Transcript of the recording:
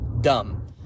dumb